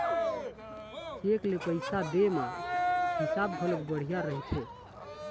cheque ले पइसा दे म हिसाब घलोक बड़िहा रहिथे